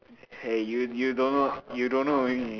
hey you you don't know you don't know only